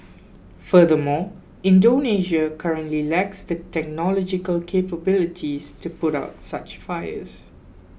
furthermore Indonesia currently lacks the technological capabilities to put out such fires